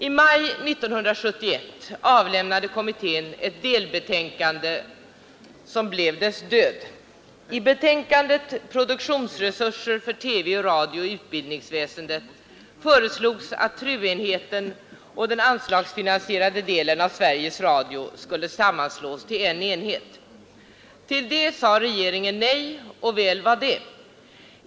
I maj 1971 avlämnade kommittén ett delbetänkande som blev dess död. I betänkandet Produktionsresurser för TV och radio i utbildningen föreslogs att TRU-enheten och den anslagsfinansierade delen av Sveriges Radio skulle sammanslås till en enhet. Till det sade regeringen nej, och väl var det.